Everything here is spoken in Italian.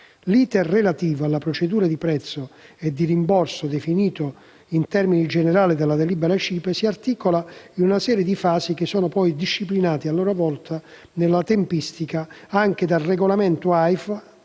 L'*iter* relativo alla procedura di prezzo e di rimborso definito in termini generali dalla citata delibera CIPE si articola in una serie di fasi che sono disciplinate, nella loro tempistica, anche dal regolamento AIFA